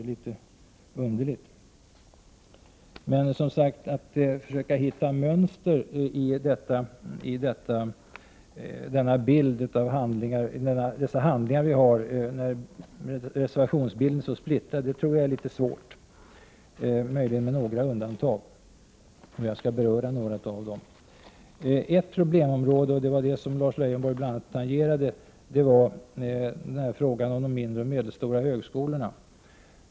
Om situationen är sådan, tycker jag att det är litet underligt. Jag tror att det är litet svårt att finna ett mönster i alla dessa handlingar med en så splittrad reservationsbild. Möjligen finns det några undantag, och jag skall beröra några av dem. Ett problemområde, som bl.a. Lars Leijonborg har tangerat, är frågan om de mindre och medelstora högskolorna.